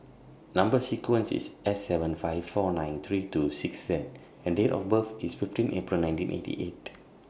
Number sequence IS S seven five four nine three two six Z and Date of birth IS fifteen April nineteen eighty eight